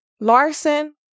Larson